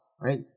Right